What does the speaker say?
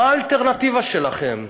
מה האלטרנטיבה שלכם?